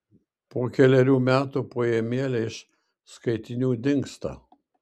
po kelerių metų poemėlė iš skaitinių dingsta